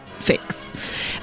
fix